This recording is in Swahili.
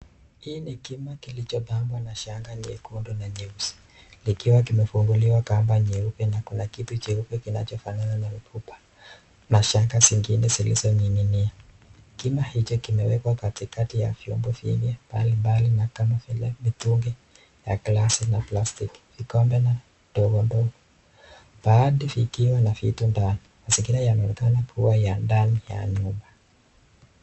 Hii ni kima kilichotambwa na shanga nyekundu na nyeusi, likiwa limefunguliwa kamba nyeupe na kuna kitu cheupe kinachofanana na mifupa na shanga zingine zilizoning'inia. Kima hicho kimewekwa katikati ya vyombo vyenye mbalimbali na kama vile mitungi ya glasi na plastiki vikombe na ndogo ndogo. Baadhi vikiwa na vitu ndani. Mazingira yanaonekana kuwa ya ndani ya nyumba.